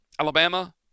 Alabama